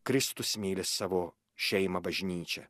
kristus myli savo šeimą bažnyčią